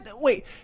Wait